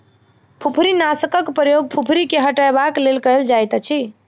फुफरीनाशकक प्रयोग फुफरी के हटयबाक लेल कयल जाइतअछि